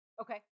Okay